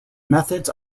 methods